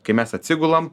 kai mes atsigulam